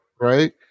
right